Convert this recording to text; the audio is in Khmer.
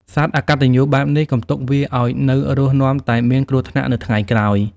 សត្វអកតញ្ញូបែបនេះ កុំទុកវាឲ្យនៅរស់នាំតែមានគ្រោះថ្នាក់នៅថ្ងៃក្រោយ!"